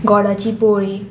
घोडाची पोळी